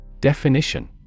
Definition